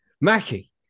Mackie